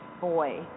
boy